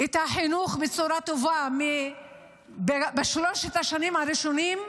את החינוך בצורה טובה בשלוש השנים הראשונות,